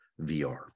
VR